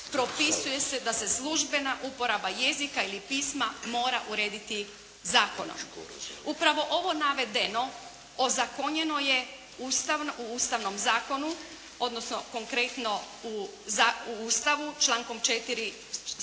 propisuje se da se službena uporaba jezika ili pisma mora urediti zakonom. Upravo ovo navedeno ozakonjeno je u ustavnom zakonu, odnosno konkretno u Ustavu člankom 4. stavak